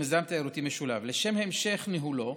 לשם המשך ניהולו,